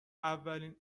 اولین